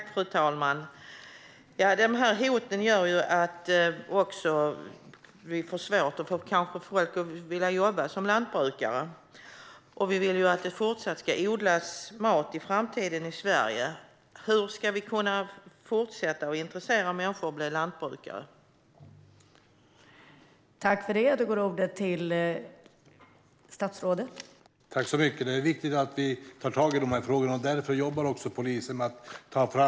Fru talman! Hoten gör att det kan bli svårt att få folk att vilja jobba som lantbrukare. Vi vill ju att mat ska fortsätta att odlas i framtiden i Sverige. Hur ska vi fortsatt kunna intressera människor för att bli lantbrukare i Sverige?